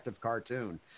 cartoon